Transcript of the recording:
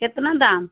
केतना दाम